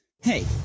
Hey